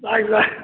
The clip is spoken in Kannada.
ಆಯಿತಾ